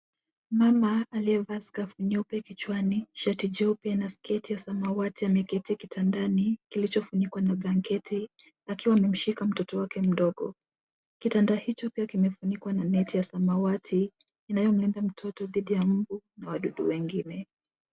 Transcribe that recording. Mama aliyevaa skafu nyeupe kichwani, shati jeupe na sketi ya samawati ameketi kitandani kilichofunikwa na blanketi akiwa amemshika mtoto wake mdogo. Kitanda hicho pia kimefunikwa na neti ya samawati inayomlinda mtoto dhidi ya mbu na wadudu wengine.